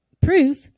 proof